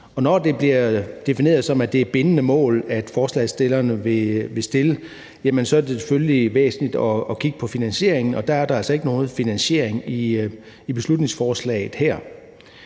når det bliver defineret som, at det er bindende mål, forslagsstillerne vil stille, så er det selvfølgelig væsentligt at kigge på finansieringen, og der er der altså ikke nogen finansiering i beslutningsforslaget her.